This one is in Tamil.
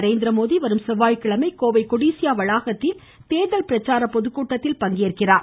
நரேந்திரமோடி வரும் செவ்வாய்க்கிழமை கோவை கொடிசியா வளாகத்தில் தேர்தல் பிரச்சார பொதுக்கூட்டத்தில் பங்கேற்கிறார்